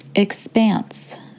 Expanse